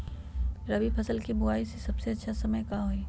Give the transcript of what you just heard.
रबी फसल के बुआई के सबसे अच्छा समय का हई?